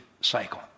cycle